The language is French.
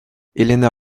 helena